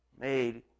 made